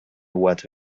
water